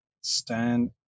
Stand